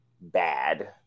bad